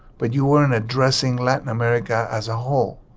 but you weren't addressing latin america as a whole.